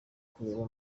kureba